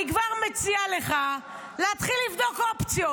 אני כבר מציעה לך להתחיל לבדוק אופציות.